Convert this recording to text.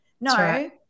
No